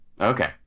Okay